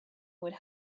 would